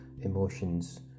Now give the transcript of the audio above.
emotions